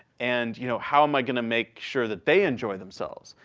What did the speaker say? and you know how am i going to make sure that they enjoy themselves?